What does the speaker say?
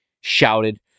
shouted